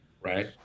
right